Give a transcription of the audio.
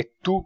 e tu